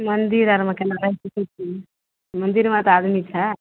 मन्दिर आरमे केना रहि सकय छी मन्दिरमे तऽ आदमी छै